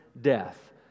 death